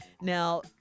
Now